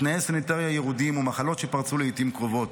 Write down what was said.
תנאי סניטריה ירודים ומחלות שפרצו לעיתים קרובות.